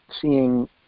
seeing